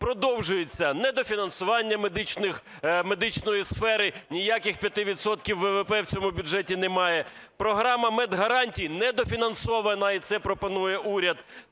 Продовжується недофінансування медичної сфери, ніяких 5 відсотків ВВП в цьому бюджеті немає, програма медгарантій недофінансована, і це пропонує уряд,